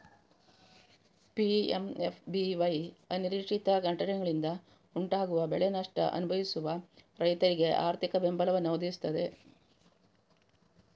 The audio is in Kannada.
ಪಿ.ಎಂ.ಎಫ್.ಬಿ.ವೈ ಅನಿರೀಕ್ಷಿತ ಘಟನೆಗಳಿಂದ ಉಂಟಾಗುವ ಬೆಳೆ ನಷ್ಟ ಅನುಭವಿಸುವ ರೈತರಿಗೆ ಆರ್ಥಿಕ ಬೆಂಬಲವನ್ನ ಒದಗಿಸ್ತದೆ